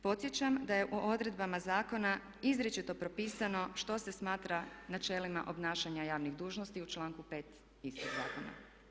Podsjećam da je u odredbama zakona izričito propisano što se smatra načelima obnašanja javnih dužnosti u članku 5. istog zakona.